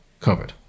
COVID